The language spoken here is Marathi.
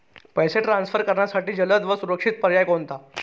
पैसे ट्रान्सफर करण्यासाठी जलद व सुरक्षित पर्याय कोणता?